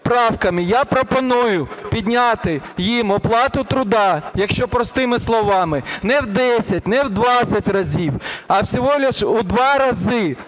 я пропоную підняти їм оплату труда, якщо простими словами, не в 10, не в 20 разів, а всього лише у 2 рази.